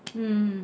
mm mm mm